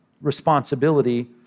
responsibility